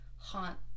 haunt